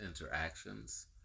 interactions